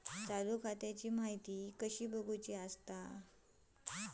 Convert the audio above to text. चालू खात्याची माहिती कसा बगायचा?